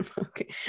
Okay